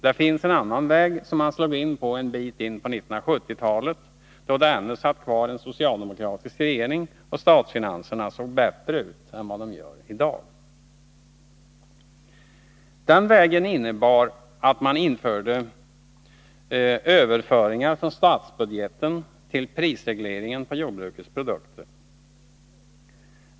Det finns en annan väg, som man slog in på en bit in på 1970-talet, då det ännu satt kvar en socialdemokratisk regering och statsfinanserna såg bättre ut än de gör i dag. Den vägen innebar att man införde överföringar från statsbudgeten till prisregleringen på jordbrukets produkter.